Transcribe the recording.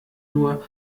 nur